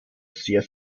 sehr